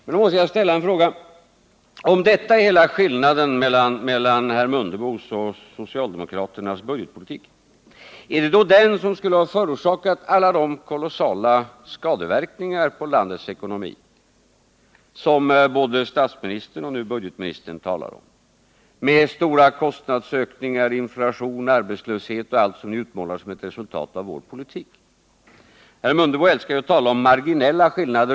Jag måste ställa en fråga: Om detta är hela skillnaden mellan herr Mundebos och socialdemokraternas budgetpolitik, är det då den som har förorsakat alla de kolossala skadeverkningar på landets ekonomi som både statsministern och nu budgetministern talar om? Ni utmålar ju bl.a. stora kostnadsökningar, inflation och arbetslöshet som ett resultat av vår politik. Herr Mundebo älskar att tala om marginella skillnader.